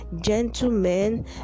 gentlemen